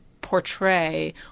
portray